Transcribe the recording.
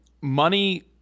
money